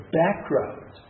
background